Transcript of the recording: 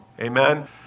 Amen